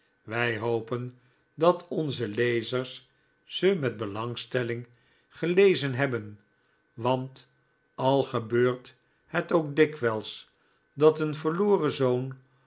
wij hopen dat onzelezerszemetbelangstelling verdwenen gelezen hebben want al gebeurt het o ok dikwijls dat een verloren zoon